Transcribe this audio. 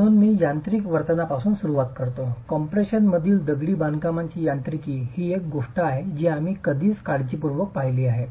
म्हणून मी यांत्रिक वर्तनापासून सुरुवात करतो कम्प्रेशनमधील दगडी बांधकामाची यांत्रिकी ही एक गोष्ट आहे जी आम्ही आधीच काळजीपूर्वक पाहिली आहे